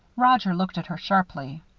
roger looked at her sharply.